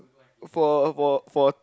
for for for